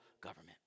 government